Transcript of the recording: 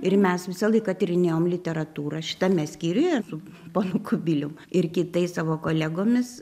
ir mes visą laiką tyrinėjom literatūrą šitame skyriuje ir su ponu kubilium ir kitais savo kolegomis